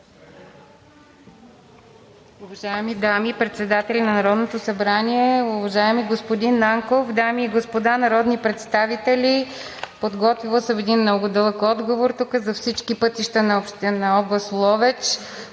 Уважаеми дами председатели на Народното събрание, уважаеми господин Нанков, дами и господа народни представители! Подготвила съм тук много дълъг отговор за всички пътища на област Ловеч,